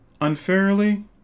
Unfairly